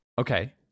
Okay